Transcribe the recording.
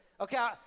Okay